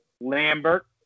Lambert